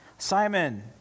Simon